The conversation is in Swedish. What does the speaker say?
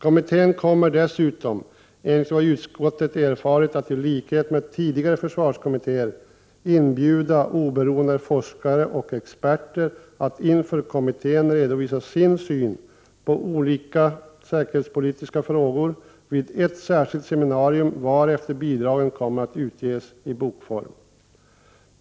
Kommittén kommer dessutom, enligt vad utskottet erfarit, att i likhet med tidigare försvarskommittéer inbjuda oberoende forskare och experter att vid ett särskilt seminarium inför kommittén redovisa sin syn på olika säkerhetspolitiska frågor, varefter bidragen kommer att utges i bokform.